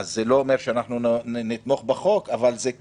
אנחנו אומנם לא נתמוך בחוק אבל אנחנו